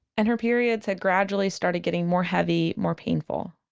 and her periods had gradually started getting more heavy, more painful